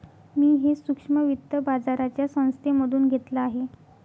मी हे सूक्ष्म वित्त बाजाराच्या संस्थेमधून घेतलं आहे